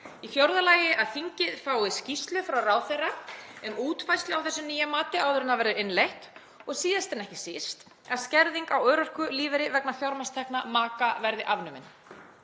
Í fjórða lagi að þingið fái skýrslu frá ráðherra um útfærslu á þessu nýja mati áður en það verður innleitt og síðast en ekki síst að skerðing á örorkulífeyri vegna fjármagnstekna maka verði afnumin.